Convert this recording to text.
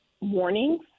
warnings